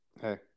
hey